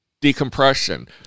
decompression